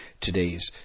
today's